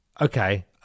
okay